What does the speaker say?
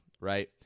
right